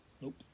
Nope